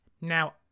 Now